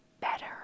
better